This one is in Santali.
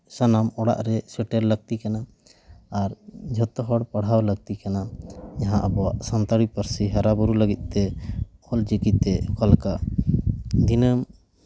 ᱥᱟᱱᱟᱢ ᱚᱲᱟᱜ ᱨᱮ ᱥᱮᱴᱮᱨ ᱞᱟᱹᱠᱛᱤ ᱠᱟᱱᱟ ᱟᱨ ᱡᱷᱚᱛᱚ ᱦᱚᱲ ᱯᱟᱲᱦᱟᱣ ᱞᱟᱹᱠᱛᱤ ᱠᱟᱱᱟ ᱡᱟᱦᱟᱸ ᱟᱵᱚᱣᱟᱜ ᱥᱟᱱᱛᱟᱲᱤ ᱯᱟᱹᱨᱥᱤ ᱦᱟᱨᱟᱼᱵᱩᱨᱩ ᱞᱟᱹᱜᱤᱫ ᱛᱮ ᱚᱞᱪᱤᱠᱤᱛᱮ ᱚᱠᱟ ᱞᱮᱠᱟ ᱫᱤᱱᱟᱹᱢ